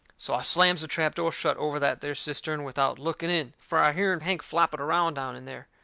so i slams the trap door shut over that there cistern without looking in, fur i hearn hank flopping around down in there.